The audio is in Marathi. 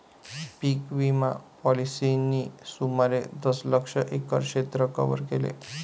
पीक विमा पॉलिसींनी सुमारे दशलक्ष एकर क्षेत्र कव्हर केले